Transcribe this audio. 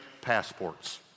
passports